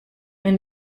and